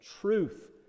truth